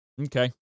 Okay